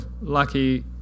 lucky